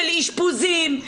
של אשפוזים,